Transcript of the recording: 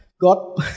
God